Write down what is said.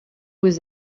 was